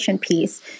piece